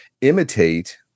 imitate